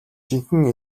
жинхэнэ